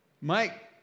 mike